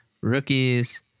Rookies